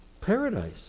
Paradise